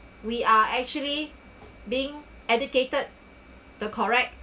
we are actually being educated the correct